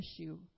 issue